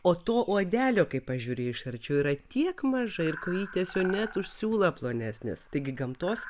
o to uodelio kai pažiūri iš arčiau yra tiek mažai ir kojytės jo net už siūlą plonesnės taigi gamtos